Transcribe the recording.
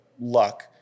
luck